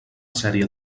sèrie